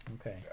Okay